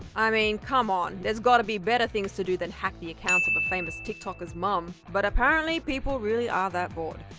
i mean come on, there has to be better things to do than hack the accounts of a famous tik tokker's mom, but apparently people really are that bored.